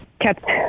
kept